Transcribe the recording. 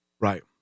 right